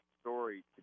story